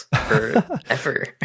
forever